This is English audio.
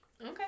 Okay